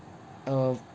um